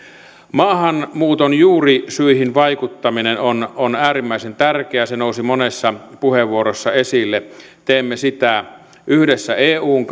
maahanmuuton juurisyihin vaikuttaminen on on äärimmäisen tärkeä se nousi monessa puheenvuorossa esille teemme sitä yhdessä eun